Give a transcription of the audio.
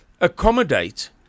accommodate